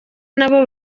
nabo